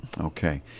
Okay